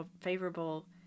favorable